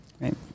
Right